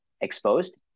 exposed